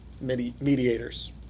mediators